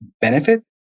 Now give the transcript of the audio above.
benefit